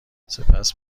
سپس